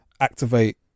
activate